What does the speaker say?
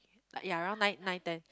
ya around nine nine ten